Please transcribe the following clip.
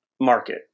market